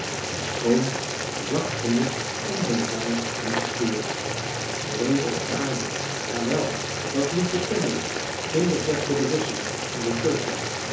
ofschoon zacht genoeg om den zanger niet te storen vrede op aarde ja wel dat liedje kennen we ginder vechten de russen en de turken